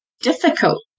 difficult